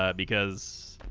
ah because